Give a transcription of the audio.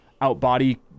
out-body